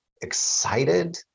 excited